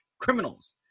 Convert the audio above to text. criminals